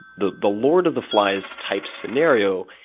the the lord of the flies type scenario,